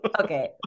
Okay